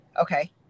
Okay